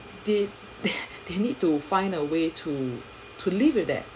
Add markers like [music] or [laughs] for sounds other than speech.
they [laughs] they need to find a way to to live with that